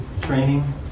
training